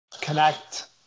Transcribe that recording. connect